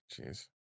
Jeez